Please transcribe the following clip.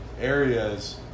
areas